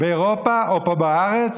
באירופה או פה בארץ?